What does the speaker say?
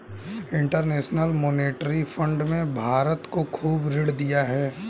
international monetary fund ने भारत को खूब ऋण दिया है